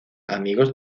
amigos